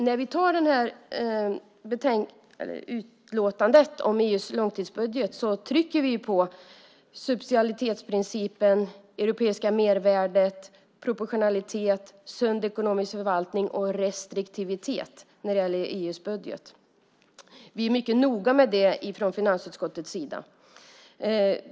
När vi antar det här utlåtandet om EU:s långtidsbudget trycker vi på subsidiaritetsprincipen, det europeiska mervärdet, proportionalitet, sund ekonomisk förvaltning och restriktivitet när det gäller EU:s budget. Vi är mycket noga med det från finansutskottets sida.